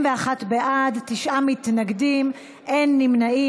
41 בעד, תשעה מתנגדים, אין נמנעים.